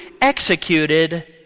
executed